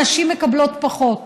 נשים מקבלות פחות,